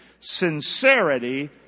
Sincerity